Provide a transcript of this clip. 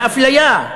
והאפליה,